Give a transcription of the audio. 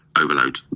overload